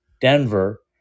denver